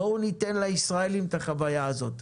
בואו ניתן לישראלים את החוויה הזאת.